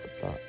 thought